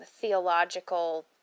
theological